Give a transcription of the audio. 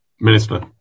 Minister